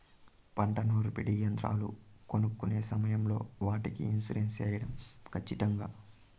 పంట నూర్పిడి యంత్రాలు కొనుక్కొనే సమయం లో వాటికి ఇన్సూరెన్సు సేయడం ఖచ్చితంగా?